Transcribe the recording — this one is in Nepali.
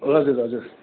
हजुर हजुर